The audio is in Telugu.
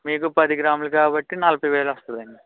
మీకు పదిగ్రాములు కాబట్టి నలభైవేలు వస్తుంది అండి